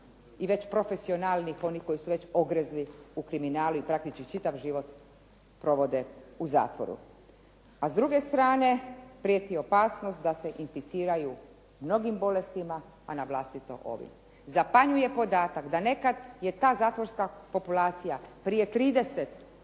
i već profesionalnih onih koji su već ogrezli u kriminal i praktički čitav život provode u zatvoru. A s druge strane, prijeti opasnost da se inficiraju mnogim bolestima a na vlastito ovih. Zapanjuje podatak da nekad je ta zatvorska populacija prije 30